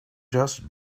just